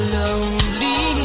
lonely